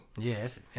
Yes